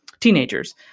teenagers